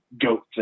Goat